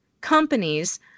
companies